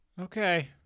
Okay